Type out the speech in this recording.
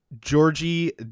Georgie